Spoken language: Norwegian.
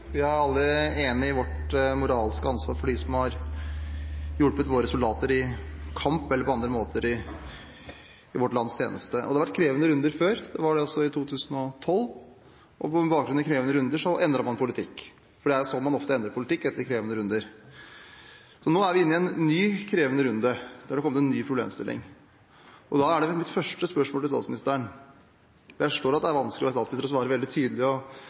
alle enige om vårt moralske ansvar for dem som har hjulpet våre soldater i kamp eller på andre måter i vårt lands tjeneste. Det har vært krevende runder før. Det var det også i 2012. På bakgrunn av krevende runder endret man politikk – for det er sånn man ofte endrer politikk, etter krevende runder. Nå er vi inne i en ny krevende runde, der det er kommet en ny problemstilling. Da er mitt første spørsmål til statsministeren – og jeg forstår at det er vanskelig å være statsminister og svare veldig tydelig